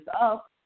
up